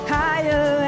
higher